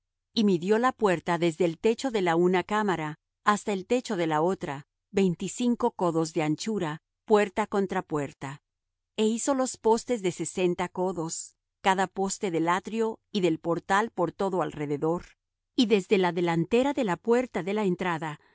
y midió la puerta desde el techo de la una cámara hasta el techo de la otra veinticinco codos de anchura puerta contra puerta e hizo los postes de sesenta codos cada poste del atrio y del portal por todo alrededor y desde la delantera de la puerta de la entrada